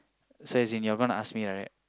says you're gonna ask me right